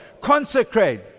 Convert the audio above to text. Consecrate